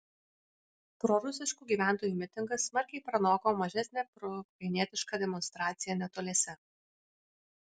prorusiškų gyventojų mitingas smarkiai pranoko mažesnę proukrainietišką demonstraciją netoliese